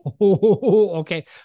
Okay